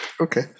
Okay